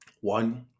One